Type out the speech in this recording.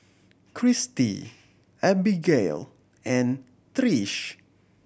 Christi Abbigail and Trish